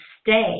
stay